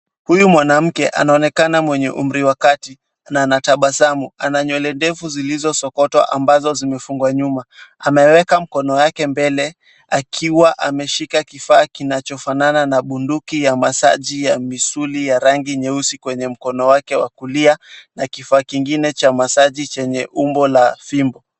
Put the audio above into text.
Huyu mwanamke anaonekana mwenye umwri wa kati na anatabasamu. Ana nywele ndefu ziilizosokotwa ambazo zimefungwa nyuma. Ameweka mkono wake mbele akiwa ameshika kifaa kinachofanana na bunduki ya masaji ya misuli ya rangi nyeusi kwenye mkono wake wa kulia na kufaa kingine cha masaji chenye umbo la fimbo.